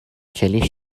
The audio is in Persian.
چلی